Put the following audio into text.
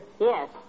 Yes